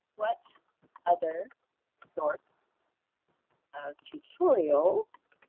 what other sorts of tutorials